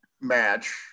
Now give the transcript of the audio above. match